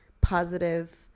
positive